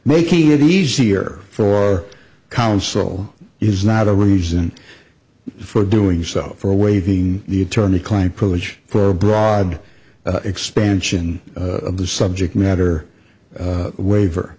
making it easier for counsel is not a reason for doing so for awaiting the attorney client privilege for a broad expansion of the subject matter waiver